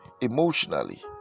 emotionally